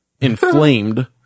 inflamed